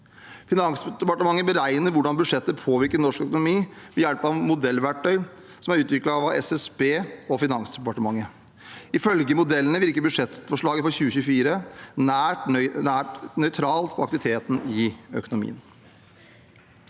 Finansdepartementet beregner hvordan budsjettet påvirker norsk økonomi ved hjelp av modellverktøy som er utviklet av SSB og Finansdepartementet. Ifølge modellene virker budsjettforslaget for 2024 nær nøytralt på aktiviteten i økonomien.